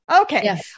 Okay